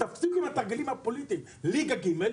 תפסיקו עם התרגילים הפוליטיים ליגה ג',